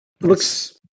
Looks